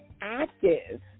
active